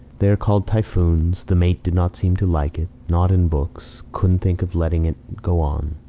they are called typhoons. the mate did not seem to like it. not in books. couldnt think of letting it go on.